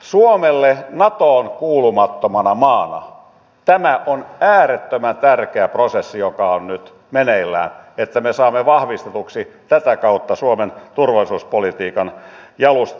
suomelle natoon kuulumattomana maana tämä on äärettömän tärkeä prosessi joka on nyt meneillään että me saamme vahvistetuksi tätä kautta suomen turvallisuuspolitiikan jalustaa